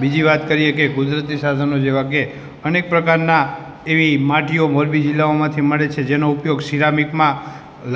બીજી વાત કરીએ કે કુદરતી સાધનો જેવા કે અનેક પ્રકારના એવી માટીઓ મોરબી જિલ્લામાંથી મળે છે કે જેનો ઉપયોગ સીરામિકમાં